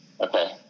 Okay